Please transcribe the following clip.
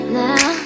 now